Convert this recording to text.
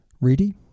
Ready